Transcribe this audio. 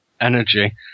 energy